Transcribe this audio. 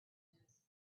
windows